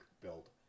build